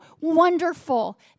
wonderful